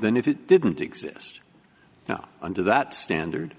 than if it didn't exist now under that standard